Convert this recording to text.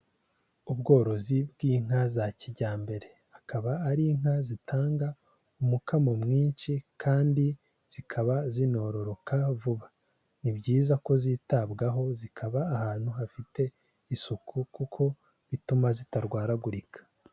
Ubworozi bw'inka za kijyambere, akaba ari inka zitanga umukamo mwinshi kandi zikaba zinororoka vuba. Ni byiza ko zitabwaho zikaba ahantu hafite isuku kuko bituma zitarwaragurika.